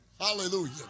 Hallelujah